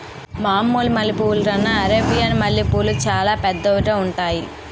మామూలు మల్లె పువ్వుల కన్నా అరేబియన్ మల్లెపూలు సాలా పెద్దవిగా ఉంతాయి